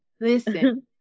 listen